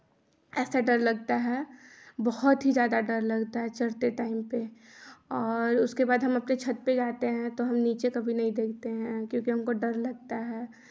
ऐसा डर लगता है बहुत ही ज़्यादा डर लगता है चढ़ते टाइम पे और उसके बाद हम अपने छत पे जाते हैं तो हम नीचे कभी भी नहीं देखते हैं क्योंकि हमको डर लगता है